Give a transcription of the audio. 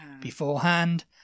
beforehand